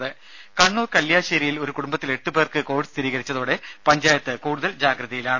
രുമ കണ്ണൂർ കല്ല്യാശ്ശേരിയിൽ ഒരു കുടംബത്തിലെ എട്ട് പേർക്ക് കോവിഡ് സ്ഥിരീകരിച്ചതോടെ പഞ്ചായത്ത് കൂടുതൽ ജാഗ്രതയിലാണ്